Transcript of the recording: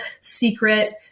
secret